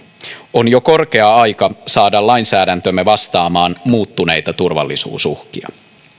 on jo korkea aika saada lainsäädäntömme vastaamaan muuttuneita turvallisuusuhkia